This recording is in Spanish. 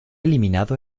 eliminado